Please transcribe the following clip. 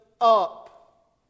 up